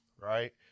right